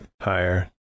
higher